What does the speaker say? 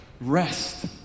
rest